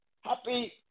happy